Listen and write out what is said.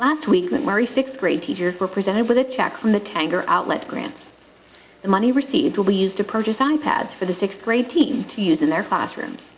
last week that murray sixth grade teachers were presented with a check from the tanger outlet grants the money received will be used to purchase i pads for the sixth grade team to use in their classrooms